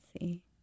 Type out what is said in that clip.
see